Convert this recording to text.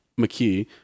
McKee